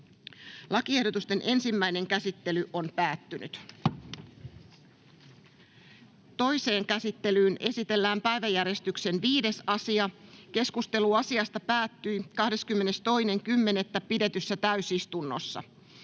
lakiehdotukset. — Selonteko ruotsiksi. Toiseen käsittelyyn esitellään päiväjärjestyksen 5. asia. Keskustelu asiasta päättyi 22.10.2024 pidetyssä täysistunnossa